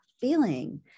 feeling